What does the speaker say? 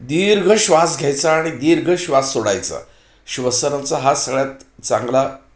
दीर्घ श्वास घ्यायचा आणि दीर्घ श्वास सोडायचा श्वसरांचा हा सगळ्यात चांगला